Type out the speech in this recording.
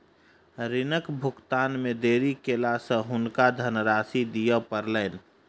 ऋणक भुगतान मे देरी केला सॅ हुनका धनराशि दिअ पड़लैन